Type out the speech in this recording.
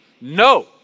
no